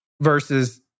versus